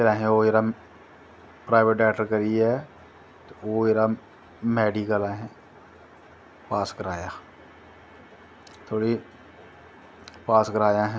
फिर ओह् असैं जेह्ड़ा प्राईवेट डाक्टर करियै ओह् जेह्ड़ा मैडिकल ऐ असैं पास कराया थोह्ड़ी पास कराया असैं